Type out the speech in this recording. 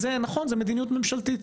נכון , זו מדיניות ממשלתית.